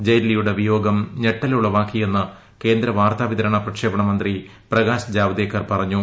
ജയ്റ്റ്ലിയുടെ വിയോഗം ഞെട്ടലുള വാക്കിയെന്ന് കേന്ദ്രവാർത്താ വിതരണ പ്രക്ഷേപണ മന്ത്രി പ്രകാശ് ജാവ്ദേക്കർ പറഞ്ഞു